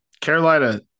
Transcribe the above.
Carolina